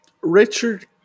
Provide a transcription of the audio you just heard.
Richard